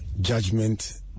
Judgment